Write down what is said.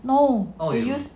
no or use